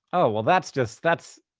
oh, well that's just, that's